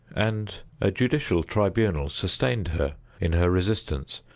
and a judicial tribunal sustained her in her resistance,